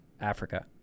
Africa